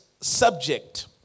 subject